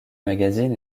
magazines